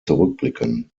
zurückblicken